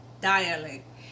dialect